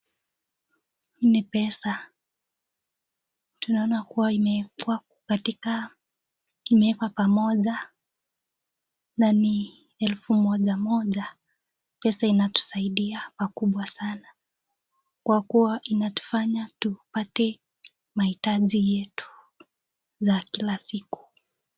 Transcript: Ni pesa ,tunaona kuwa imewekwa katika, imewekwa pamoja na ni elfu moja Moja. Pesa inatusaidia pakubwa sana kwa kuwa inatufanya tupate mahitaji yetu za kila siku.